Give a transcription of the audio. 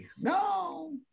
No